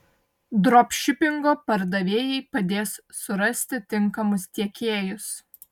dropšipingo pardavėjai padės surasti tinkamus tiekėjus